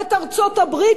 את ארצות-הברית,